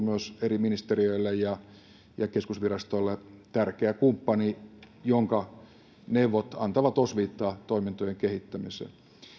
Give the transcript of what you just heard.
myös eri ministeriöille ja ja keskusvirastoille tärkeä kumppani jonka neuvot antavat osviittaa toimintojen kehittämiseen